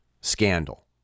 scandal